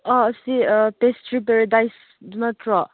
ꯑꯥ ꯑꯁꯤ test strip ꯄꯦꯔꯥꯗꯥꯏꯁꯗꯨ ꯅꯠꯇ꯭ꯔꯣ